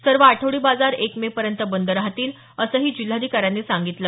सर्व आठवडी बाजार एक मे पर्यंत बंद राहतील असंही जिल्हाधिकाऱ्यांनी सांगितलं